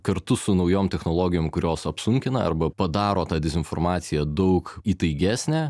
kartu su naujom technologijom kurios apsunkina arba padaro tą dezinformaciją daug įtaigesnę